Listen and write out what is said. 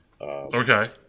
okay